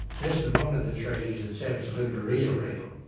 this is one of the treasures that's absolutely real, real.